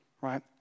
right